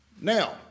Now